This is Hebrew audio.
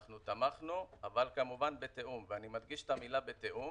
אנחנו תמכנו אבל כמובן בתיאום ואני מדגיש את המילה בתיאום